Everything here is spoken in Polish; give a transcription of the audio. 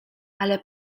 ale